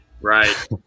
Right